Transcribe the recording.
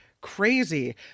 Crazy